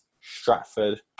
Stratford